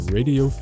Radio